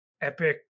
epic